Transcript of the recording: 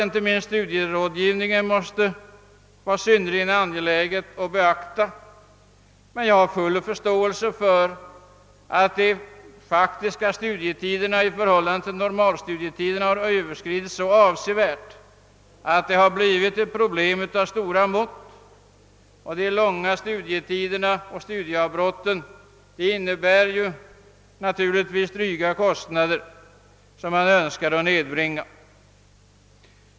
Inte minst studierådgivningen måste det vara synnerligen angeläget att beakta. Jag har emellertid full förståelse för att de faktiska studietiderna så avsevärt Överstigit normalstudietiderna att detta har blivit ett problem av stora mått. De långa studietiderna och studieavbrotten medför givetvis dryga kostnader, som man önskar nedbringa.